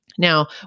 Now